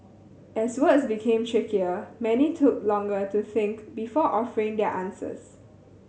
as words became trickier many took longer to think before offering their answers